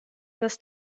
das